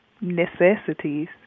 necessities